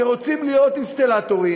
שרוצים להיות אינסטלטורים,